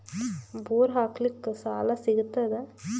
Bore ಹಾಕಲಿಕ್ಕ ಸಾಲ ಸಿಗತದ?